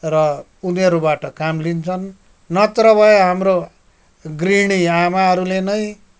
र उनीहरूबाट काम लिन्छन् नत्र भए हाम्रो गृहिणी आमाहरूले नै